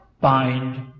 bind